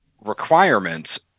requirements